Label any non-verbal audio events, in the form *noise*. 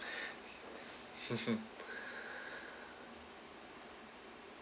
*breath* *laughs* *breath*